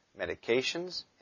medications